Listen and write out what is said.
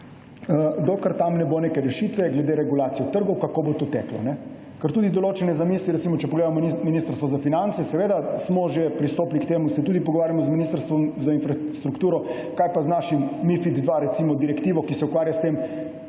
se zaprli, neke rešitve glede regulacije na trgu, kako bo to teklo. Tudi določene zamisli, recimo na Ministrstvu za finance seveda smo že pristopili k temu, se tudi pogovarjamo z Ministrstvom za infrastrukturo, kaj je pa z našim / nerazumljivo/ direktivo, ki se ukvarja s tem,